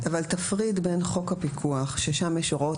תפריד בין חוק הפיקוח ששם יש הוראות